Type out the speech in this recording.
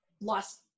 Lost